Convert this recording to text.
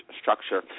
structure